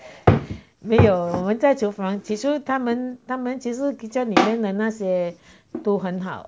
没有我们在厨房起初他们他们其实 kitchen 里面的那些都很好